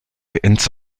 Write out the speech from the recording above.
ins